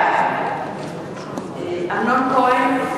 בעד אמנון כהן,